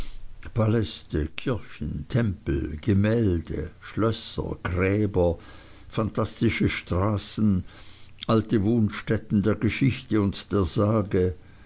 paläste kirchen tempel gemälde schlösser gräber phantastische straßen alte wohnstätten der geschichte und der sage